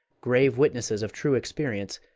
grave witnesses of true experience,